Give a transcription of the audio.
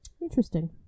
Interesting